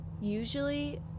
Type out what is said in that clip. usually